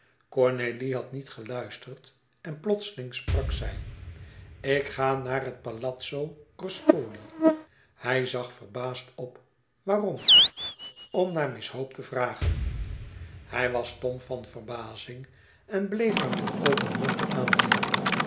cornélie had niet geluisterd en plotseling sprak zij ik ga naar het palazzo ruspoli hij zag verbaasd op waarom om naar miss hope te vragen hij was stom van verbazing en bleef haar met open mond aanzien